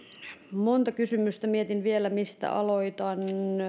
monta kysymystä mietin vielä mistä aloitan